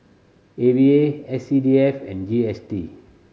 A V A S C D F and G S T